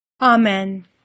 Amen